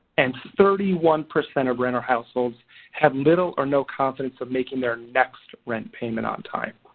and thirty one percent of renter households have little or no confidence of making their next rent payment on time.